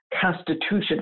constitution